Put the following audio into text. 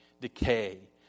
decay